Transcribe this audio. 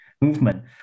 movement